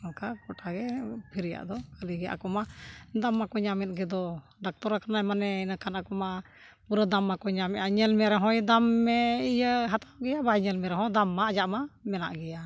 ᱚᱱᱠᱟ ᱜᱚᱴᱟ ᱜᱮ ᱯᱷᱤᱨᱤᱭᱟᱜ ᱫᱚ ᱠᱷᱟᱹᱞᱤ ᱜᱮᱭᱟ ᱟᱠᱚ ᱢᱟ ᱫᱟᱢ ᱢᱟᱠᱚ ᱧᱟᱢᱮᱫ ᱜᱮ ᱫᱚ ᱰᱟᱠᱛᱚᱨ ᱟᱠᱟᱱᱟᱭ ᱢᱟᱱᱮ ᱤᱱᱟᱹ ᱠᱷᱟᱱ ᱟᱠᱚ ᱢᱟ ᱯᱩᱨᱟᱹ ᱫᱟᱢ ᱢᱟᱠᱚ ᱧᱟᱢᱮᱫᱼᱟ ᱧᱮᱞ ᱢᱮ ᱨᱮᱦᱚᱸᱭ ᱫᱟᱢ ᱮ ᱤᱭᱟᱹ ᱦᱟᱛᱟᱣ ᱜᱮᱭᱟ ᱵᱟᱭ ᱧᱮᱞ ᱢᱮ ᱨᱮᱦᱚᱸ ᱫᱟᱢ ᱢᱟ ᱟᱡᱟᱜ ᱢᱟ ᱢᱮᱱᱟᱜ ᱜᱮᱭᱟ